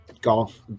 golf